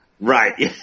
Right